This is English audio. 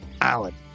Alan